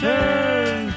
Turn